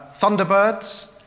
Thunderbirds